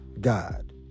God